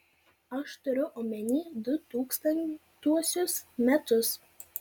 aš turiu omeny du tūkstantuosius metus